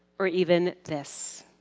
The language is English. or even this.